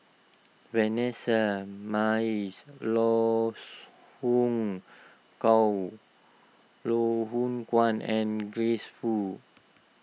Vanessa Mae Loh Hoong Gow Loh Hoong Kwan and Grace Fu